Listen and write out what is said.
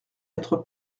être